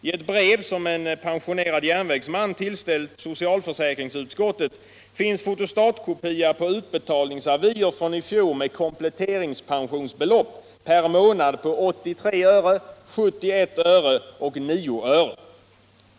I ett brev som en pensionerad järnvägsman tillställt socialförsäkringsutskottet finns fotostatkopia på utbetalningsavier från i fjol med kompletteringspensionsbelopp per månad på 83 öre, 71 öre och 9 öre.